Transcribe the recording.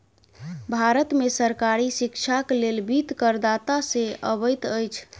भारत में सरकारी शिक्षाक लेल वित्त करदाता से अबैत अछि